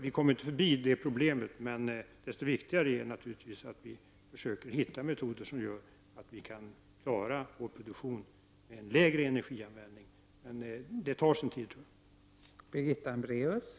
Vi kommer inte förbi detta problem, men det är då desto viktigare att vi försöker hitta metoder som gör att vi i Sverige kan klara vår produktion med lägre energianvändning. Men jag tror att detta tar sin tid.